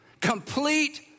complete